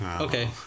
Okay